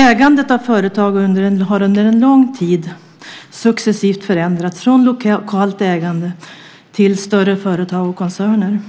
Ägandet av företag har under en lång tid successivt förändrats från lokalt ägande till större företag och koncerner.